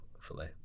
filet